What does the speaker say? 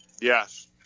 Yes